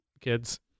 kids